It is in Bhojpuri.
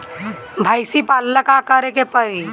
भइसी पालेला का करे के पारी?